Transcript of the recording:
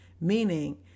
Meaning